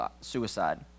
suicide